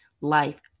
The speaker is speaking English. life